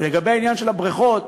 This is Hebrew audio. בעניין הבריכות,